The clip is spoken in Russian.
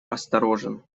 осторожен